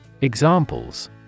Examples